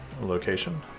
location